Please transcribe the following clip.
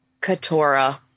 Katora